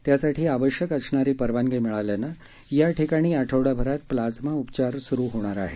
त्यासाठी आवश्यक असणारी परवानगी मिळाल्याने याठिकाणी आठवडाभरात प्लाझमा उपचार सुरू होणार आहेत